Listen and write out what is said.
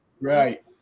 Right